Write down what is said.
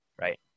right